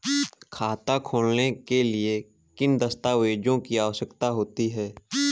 खाता खोलने के लिए किन दस्तावेजों की आवश्यकता होती है?